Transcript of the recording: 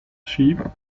sheep